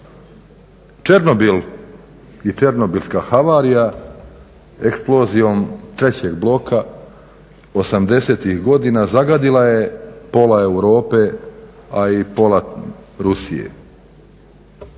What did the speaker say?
Černobil i černobilska havarija eksplozijom trećeg bloka osamdesetih godina zagadila je pola Europe, a i pola Rusije.